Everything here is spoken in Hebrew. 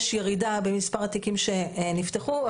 יש ירידה במס' התיקים שנפתחו,